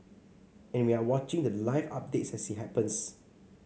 and we're watching the live updates as it happens